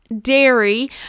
dairy